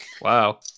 Wow